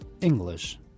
English